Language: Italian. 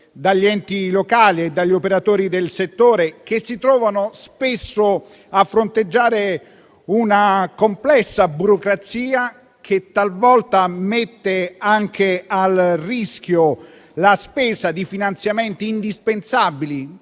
dagli enti locali e dagli operatori del settore, che si trovano spesso a fronteggiare una complessa burocrazia che talvolta mette a rischio la spesa di finanziamenti indispensabili,